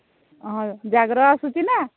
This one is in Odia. ହଁ ଜାଗର ଆସୁଛି ନା